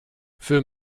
für